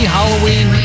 Halloween